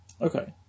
Okay